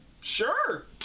Sure